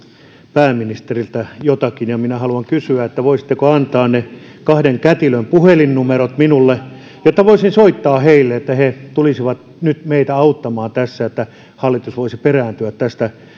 pääministeriltä jotakin minä haluan kysyä voisitteko antaa ne kahden kätilön puhelinnumerot minulle jotta voisin soittaa heille että he tulisivat nyt meitä auttamaan tässä niin että hallitus voisi perääntyä tästä